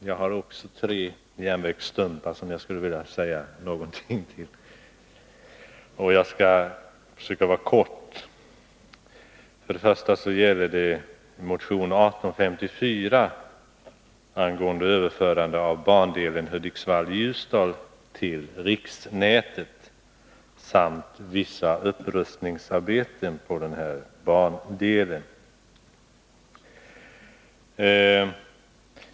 Herr talman! Jag har tre ”järnvägsstumpar” som jag skulle vilja säga någonting om, och jag skall försöka fatta mig kort. Till att börja med gäller det bandelen Hudiksvall-Ljusdal. Jag har i motionen 1854 föreslagit att den skall överföras till riksnätet samt att det på den skall göras vissa upprustningsarbeten.